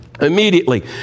Immediately